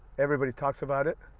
everybody talks about it.